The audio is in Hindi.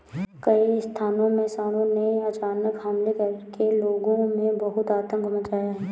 कई स्थानों में सांडों ने अचानक हमले करके लोगों में बहुत आतंक मचाया है